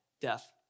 Death